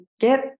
get